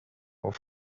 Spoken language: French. aux